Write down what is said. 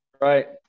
right